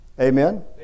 Amen